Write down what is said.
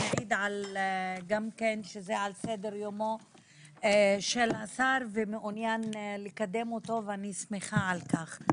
זה מעיד שזה על סדר יומו של השר ומעוניין לקדם אותו ואני שמחה על כך.